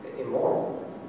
immoral